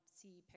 see